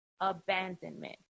abandonment